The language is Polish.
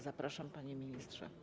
Zapraszam, panie ministrze.